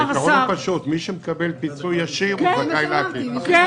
העיקרון פשוט: מי שמקבל פיצוי ישיר זכאי לפיצוי עקיף.